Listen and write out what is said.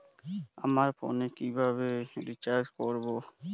আমার ফোনে কিভাবে রিচার্জ করবো?